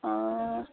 অঁ